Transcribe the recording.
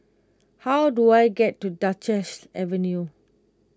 how do I get to Duchess Avenue